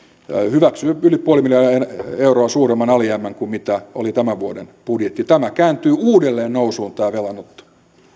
hyväksyy yli nolla pilkku viisi miljardia euroa suuremman alijäämän kuin mitä oli tämän vuoden budjetti tämä kääntyy uudelleen nousuun tämä velanotto